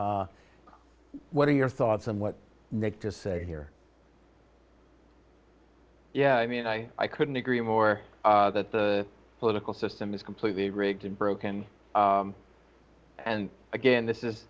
what are your thoughts on what needs to say here yeah i mean i i couldn't agree more that the political system is completely rigged and broken and again this is